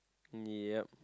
yup